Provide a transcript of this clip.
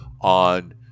on